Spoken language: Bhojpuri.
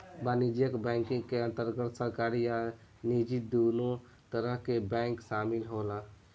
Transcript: वाणिज्यक बैंकिंग के अंदर सरकारी आ निजी दुनो तरह के बैंक शामिल होला